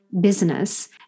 business